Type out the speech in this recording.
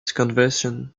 conversion